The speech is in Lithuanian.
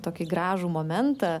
tokį gražų momentą